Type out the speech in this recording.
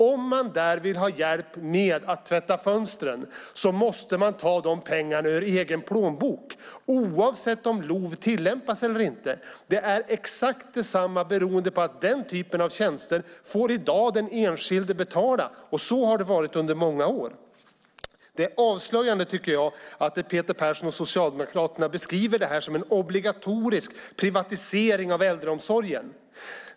Om man vill ha hjälp med att tvätta fönstren måste man ta pengar till detta ur egen plånbok, oavsett om LOV tillämpas eller inte i kommunen. Det är exakt detsamma beroende på att den enskilde i dag får betala för den typen av tjänster, och så har det varit under många år. Jag tycker att det är avslöjande att Peter Persson och Socialdemokraterna beskriver detta som en obligatorisk privatisering av äldreomsorgen.